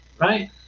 right